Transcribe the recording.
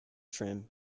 trim